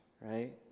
right